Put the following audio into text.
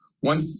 one